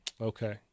okay